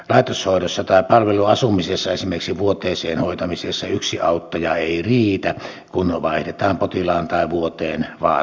laitoshoidossa tai palveluasumisessa esimerkiksi vuoteeseen hoitamisessa yksi auttaja ei riitä kun vaihdetaan potilaan tai vuoteen vaatteita